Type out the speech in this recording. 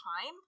time